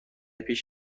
پیش